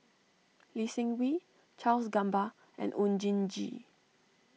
Lee Seng Wee Charles Gamba and Oon Jin Gee